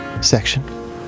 section